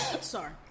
Sorry